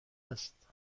است